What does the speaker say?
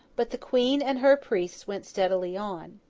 but the queen and her priests went steadily on.